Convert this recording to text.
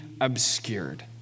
obscured